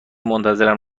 منتظرم